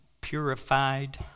purified